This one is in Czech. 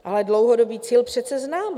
Ale dlouhodobý cíl přece známe.